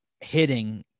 hitting